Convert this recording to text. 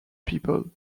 people